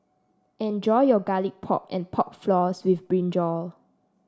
enjoy your Garlic Pork and Pork Floss with brinjal